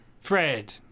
Fred